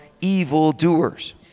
evildoers